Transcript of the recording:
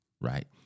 right